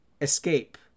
escape